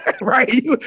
right